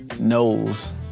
knows